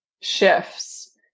shifts